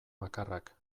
bakarrak